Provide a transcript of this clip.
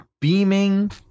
beaming